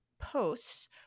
posts